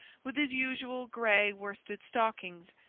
with his usual grey worsted stockings,